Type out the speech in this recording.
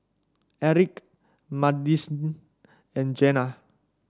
Erik Madisyn and Jena